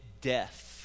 death